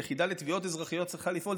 היחידה לתביעות אזרחיות צריכה לפעול,